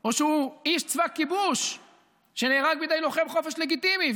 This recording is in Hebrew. או שהוא איש צבא כיבוש שנהרג בידי לוחם חופש לגיטימי?